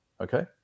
Okay